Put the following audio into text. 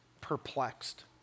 perplexed